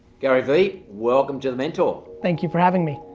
gary vee, welcome to the mentor. thank you for having me.